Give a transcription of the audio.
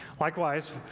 Likewise